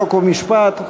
חוק ומשפט,